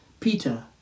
Peter